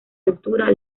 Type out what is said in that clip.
altura